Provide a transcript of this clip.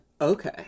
Okay